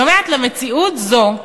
היא אומרת: "למציאות זו,